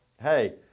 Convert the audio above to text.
hey